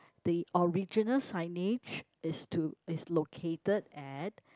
the original signage is to is located at